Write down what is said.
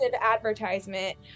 advertisement